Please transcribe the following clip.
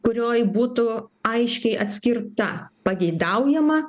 kurioj būtų aiškiai atskirta pageidaujama